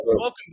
Welcome